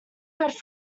had